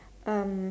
um